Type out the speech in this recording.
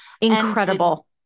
incredible